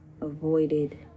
avoided